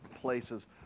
places